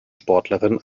sportlerin